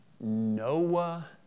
Noah